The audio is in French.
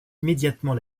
immédiatement